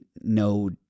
no